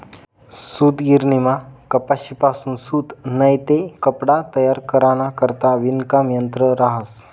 सूतगिरणीमा कपाशीपासून सूत नैते कपडा तयार कराना करता विणकाम यंत्र रहास